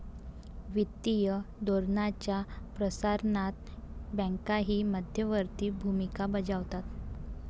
वित्तीय धोरणाच्या प्रसारणात बँकाही मध्यवर्ती भूमिका बजावतात